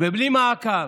ובלי מעקב.